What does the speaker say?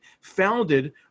founded